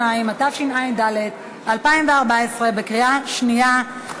22), התשע"ד 2014, בקריאה שנייה.